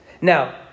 Now